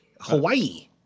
Hawaii